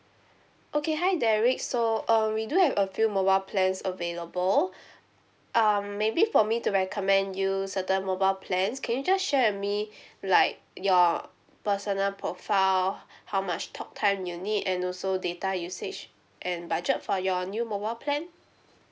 okay hi derek so um we do have a few mobile plans available um maybe for me to recommend you certain mobile plans can you just share with me like your personal profile how much talk time you need and also data usage and budget for your new mobile plan